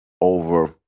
over